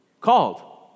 Called